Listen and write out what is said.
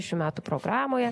šių metų programoje